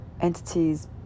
entities